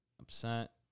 upset